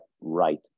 right